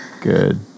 Good